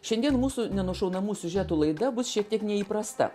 šiandien mūsų nenušaunamas siužetų laida bus šiek tiek neįprasta